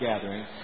gathering